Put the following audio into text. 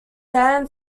san